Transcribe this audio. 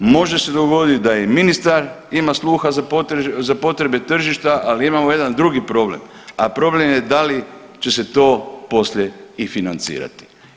Može se dogoditi da i ministar ima sluha za potrebe tržišta, ali imamo jedan drugi problem, a problem je da li će se to poslije i financirati.